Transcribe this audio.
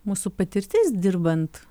mūsų patirtis dirbant